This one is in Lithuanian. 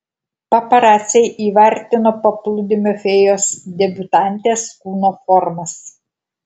paparaciai įvertino paplūdimio fėjos debiutantės kūno formas